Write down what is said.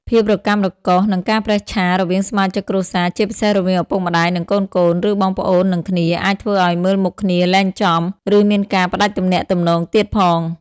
ភាពរកាំរកូស និងការប្រេះឆារវាងសមាជិកគ្រួសារ ជាពិសេសរវាងឪពុកម្ដាយ និងកូនៗ ឬបងប្អូននឹងគ្នាអាចធ្វើអោយមើលមុខគ្នាលែងចំ ឬមានការផ្ដាច់ទំនាក់ទំនងទៀតផង។